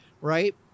right